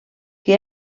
que